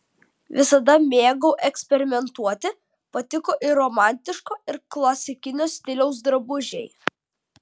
visada mėgau eksperimentuoti patiko ir romantiško ir klasikinio stiliaus drabužiai